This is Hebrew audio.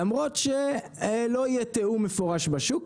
למרות שלא יהיה תיאום מפורש בשוק,